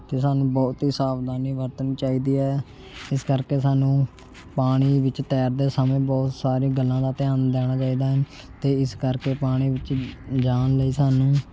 ਅਤੇ ਸਾਨੂੰ ਬਹੁਤ ਹੀ ਸਾਵਧਾਨੀ ਵਰਤਣੀ ਚਾਹੀਦੀ ਹੈ ਇਸ ਕਰਕੇ ਸਾਨੂੰ ਪਾਣੀ ਵਿੱਚ ਤੈਰਦੇ ਸਮੇਂ ਬਹੁਤ ਸਾਰੇ ਗੱਲਾਂ ਦਾ ਧਿਆਨ ਦੇਣਾ ਚਾਹੀਦਾ ਹਨ ਅਤੇ ਇਸ ਕਰਕੇ ਪਾਣੀ ਵਿੱਚ ਜਾਣ ਲਈ ਸਾਨੂੰ